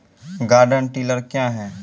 Garden tiller क्या हैं?